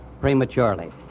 prematurely